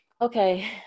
okay